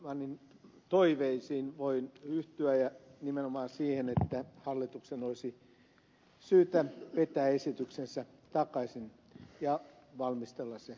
södermanin toiveisiin voin yhtyä ja nimenomaan siihen että hallituksen olisi syytä vetää esityksensä takaisin ja valmistella se paremmin uudelleen